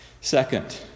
second